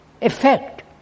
effect